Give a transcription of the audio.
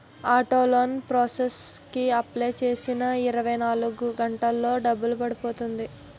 auto loan process కి apply చేసిన ఇరవై నాలుగు గంటల్లో డబ్బు పడిపోతుంది